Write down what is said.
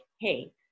hey